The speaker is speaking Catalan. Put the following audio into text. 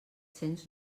cents